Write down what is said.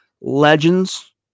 legends